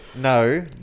No